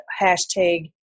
hashtag